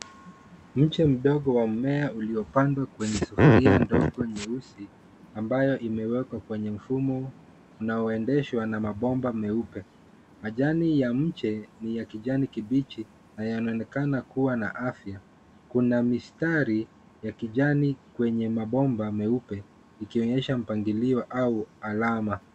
Mche mdogo wa mmea uliopandwa kwenye sufuria ndogo nyeusi ambayo imewekwa kwenye mfumo unaoendeshwa na mabomba meupe. Majani ya mche ni ya kijani kibichi na yanaonekana kuwa na afya. Kuna mistari ya kijani kwenye mabomba meupe, ikionyesha mpangilio au alama.